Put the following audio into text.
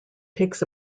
takes